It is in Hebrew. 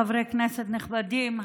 חברי כנסת נכבדים,